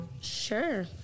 sure